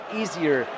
easier